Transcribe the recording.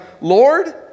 Lord